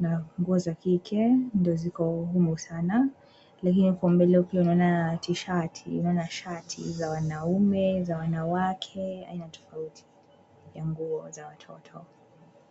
na nguo za kike ndo ziko humu sana, lakini huko mbele pia unaona tishati naona shati za wanaume, za wanawake, aina tofauti, ya nguo za watoto.